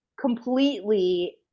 completely